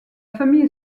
famille